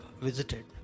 visited